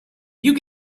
you